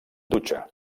dutxa